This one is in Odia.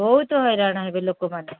ବହୁତ ହଇରାଣ ହେବେ ଲୋକ ମାନେ